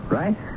right